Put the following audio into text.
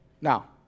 Now